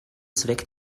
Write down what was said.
zweck